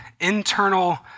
internal